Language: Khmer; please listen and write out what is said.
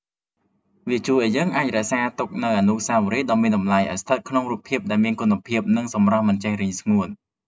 វាជួយឱ្យយើងអាចរក្សាទុកនូវអនុស្សាវរីយ៍ដ៏មានតម្លៃឱ្យស្ថិតក្នុងរូបភាពដែលមានគុណភាព និងសម្រស់មិនចេះរីងស្ងួត។